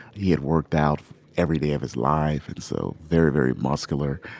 he had worked out every day of his life, and so very, very muscular.